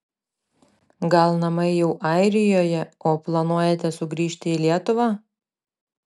gal namai jau airijoje o planuojate sugrįžti į lietuvą